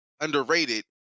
underrated